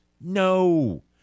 No